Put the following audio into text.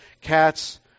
cats